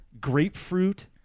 Grapefruit